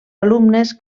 alumnes